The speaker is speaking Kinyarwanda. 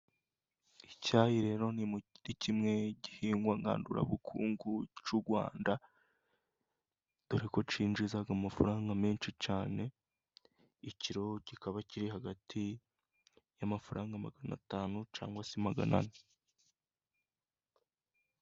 Icyayi rero ni kimwe mu gihingwa ngandurabukungu cy'u Rwanda, dore ko cyinjiza amafaranga menshi cyane, ikiro kikaba kiri hagati y'amafaranga magana atanu cyangwa se magana ane.